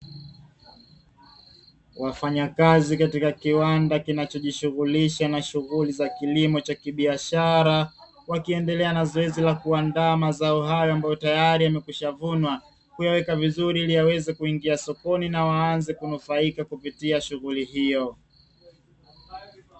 Wafanyakazi katika kiwanda kinachojishughulisha na shughuli za kilimo cha kibiashara, wakiendelea na zoezi la kuandaa mazao hayo ambayo tayari yamekwisha vunwa, kuyaweka vizuri ili yaweze kuingia sokoni na waanze kunufaika kupitia shughuli hio.